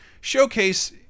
showcase